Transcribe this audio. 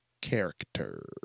character